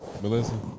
Melissa